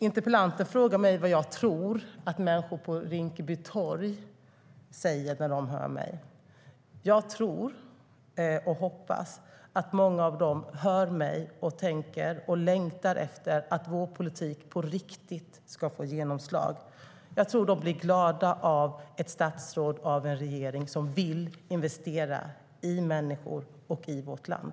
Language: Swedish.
Interpellanten frågar mig vad jag tror att människor på Rinkeby torg säger när de hör mig. Jag tror och hoppas att många av dem som hör mig tänker och längtar efter att vår politik ska få genomslag på riktigt. Jag tror att de blir glada av ett statsråd i en regering som vill investera i människor och i vårt land.